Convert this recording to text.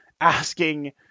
asking